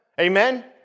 Amen